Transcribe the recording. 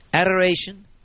Adoration